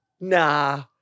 nah